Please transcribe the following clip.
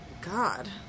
God